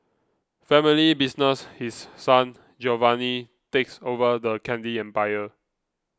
family business His Son Giovanni takes over the candy empire